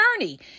journey